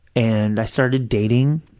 and i started dating,